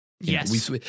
Yes